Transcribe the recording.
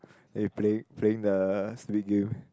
then you play playing the stupid game